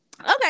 Okay